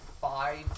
five